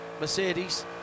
Mercedes